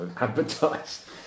advertise